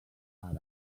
àrab